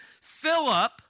Philip